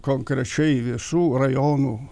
konkrečiai visų rajonų